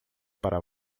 para